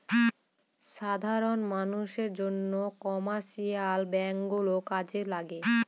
সাধারন মানষের জন্য কমার্শিয়াল ব্যাঙ্ক গুলো কাজে লাগে